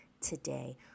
today